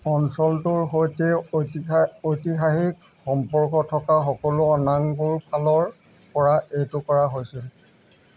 অঞ্চলটোৰ সৈতে ঐতিহাসিক সম্পৰ্ক থকা সকলো আনাংগুৰফালৰ পৰা এইটো কৰা হৈছিল